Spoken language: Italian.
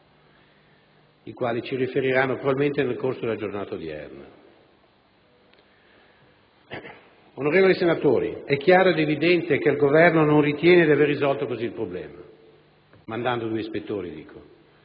i quali ci riferiranno probabilmente nel corso della giornata odierna. Onorevoli senatori, è chiaro ed evidente che il Governo non ritiene di avere risolto il problema mandando un ispettore.